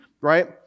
right